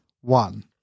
One